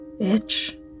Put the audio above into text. Bitch